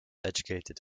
educated